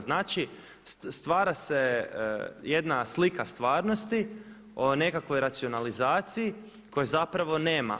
Znači stvara se jedna slika stvarnosti o nekakvoj racionalizaciji koje zapravo nema.